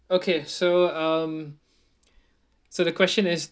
okay so um so the question is